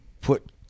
put